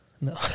No